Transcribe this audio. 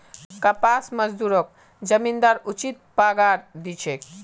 कपास मजदूरक जमींदार उचित पगार दी छेक